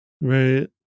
right